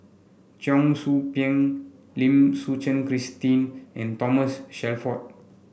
Cheong Soo Pieng Lim Suchen Christine and Thomas Shelford